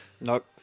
Nope